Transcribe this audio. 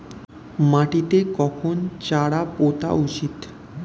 মাটিতে কখন চারা পোতা উচিৎ?